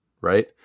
Right